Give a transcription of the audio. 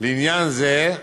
לעניין זה"